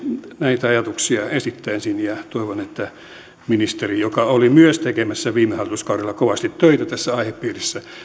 näitä ajatuksia esittäisin ja toivon että ministeri joka oli myös tekemässä viime hallituskaudella kovasti töitä tässä aihepiirissä